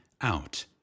out